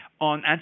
on